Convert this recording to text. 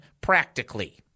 practically